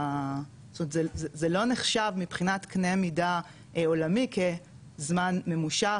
בסוף זה לא נחשב מבחינת קנה מידה עולמי לזמן ממושך